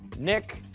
nick,